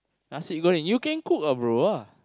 nasi goreng you can cook ah bro ah